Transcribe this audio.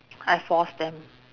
I force them